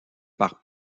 par